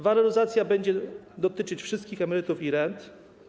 Waloryzacja będzie dotyczyć wszystkich emerytur i rent.